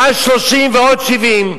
130 ועוד 70,